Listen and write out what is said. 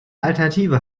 alternative